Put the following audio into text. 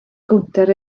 gownter